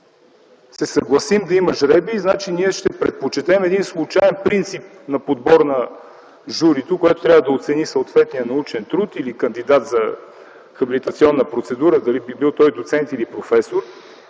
се съгласим да има жребий, значи ние ще предпочетем един случаен принцип на подбор на журито, което трябва да оцени съответния научен труд или кандидат за хабилитационна процедура – дали би бил той доцент или професор,